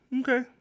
Okay